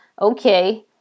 okay